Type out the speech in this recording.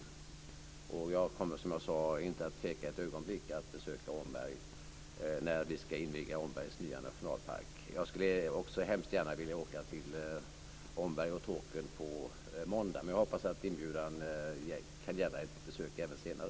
Som jag sade kommer jag inte att tveka ett ögonblick att besöka Omberg när vi ska inviga Omberg som en ny nationalpark. Jag skulle också hemskt gärna vilja åka till Omberg och Tåkern på måndag, men jag hoppas att inbjudan gäller ett besök även senare.